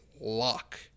lock